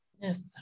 Yes